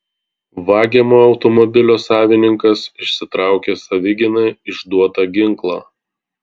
vagiamo automobilio savininkas išsitraukė savigynai išduotą ginklą